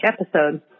episode